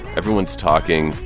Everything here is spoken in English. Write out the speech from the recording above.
everyone's talking,